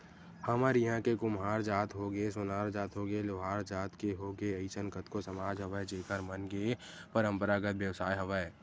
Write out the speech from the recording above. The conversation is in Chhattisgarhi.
हमर इहाँ के कुम्हार जात होगे, सोनार जात होगे, लोहार जात के होगे अइसन कतको समाज हवय जेखर मन के पंरापरागत बेवसाय हवय